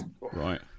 Right